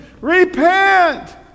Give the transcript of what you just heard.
Repent